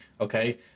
Okay